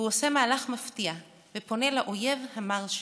והוא עושה מהלך מפתיע ופונה לאויב המר שלו,